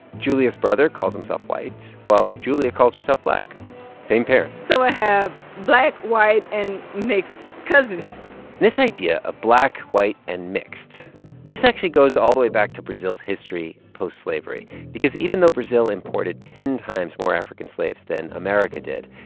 julia's brother calls himself white, while julia calls herself black same parents so i have black, white and mixed cousins this idea of black, white and mixed this actually goes all the way back to brazil's history post-slavery because even though brazil imported ten times more african slaves than america did,